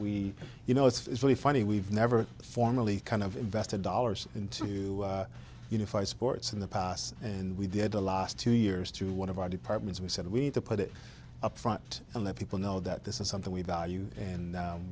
we you know it's really funny we've never formally kind of invested dollars into unify sports in the past and we did a las two years through one of our departments we said we need to put it up front and let people know that this is something we value and